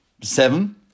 Seven